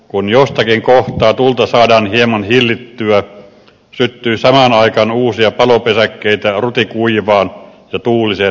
kun jostakin kohtaa tulta saadaan hieman hillittyä syttyy samaan aikaan uusia palopesäkkeitä rutikuivaan ja tuuliseen maaperään